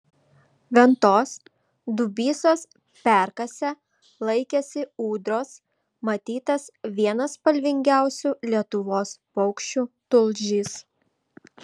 ventos dubysos perkase laikėsi ūdros matytas vienas spalvingiausių lietuvos paukščių tulžys